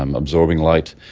um absorbing light,